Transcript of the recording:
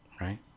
right